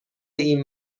این